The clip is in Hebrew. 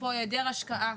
יש פה היעדר השקעה,